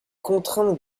contraintes